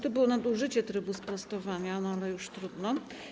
To było nadużycie trybu sprostowania, ale już trudno.